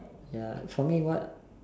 ya for me what